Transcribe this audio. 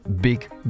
big